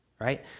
right